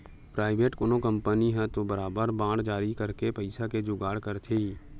private कोनो company ह तो बरोबर बांड जारी करके पइसा के जुगाड़ करथे ही